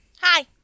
Hi